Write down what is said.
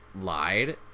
lied